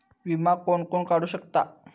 विमा कोण कोण काढू शकता?